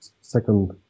second